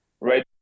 right